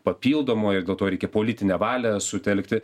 papildomo ir dėl to reikia politinę valią sutelkti